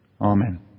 Amen